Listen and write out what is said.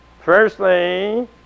Firstly